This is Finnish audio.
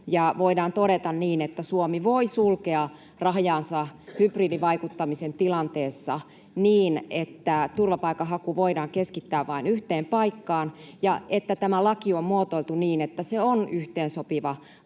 voidaan todeta, että Suomi voi sulkea rajansa hybridivaikuttamisen tilanteessa niin, että turvapaikanhaku voidaan keskittää vain yhteen paikkaan, ja että tämä laki on muotoiltu niin, että se on yhteensopiva